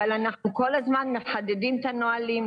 אבל אנחנו כל הזמן מחדדים את הנהלים,